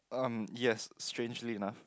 um yes strangely enough